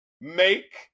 make